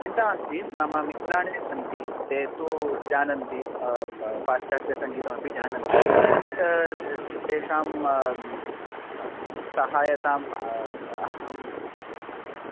चिन्ता नास्ति मम मित्राणि सन्ति ते तु जानन्ति पाश्चात्यसङ्गीतमपि जानन्ति तेषां सहायताम् अहं